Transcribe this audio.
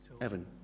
Evan